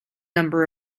number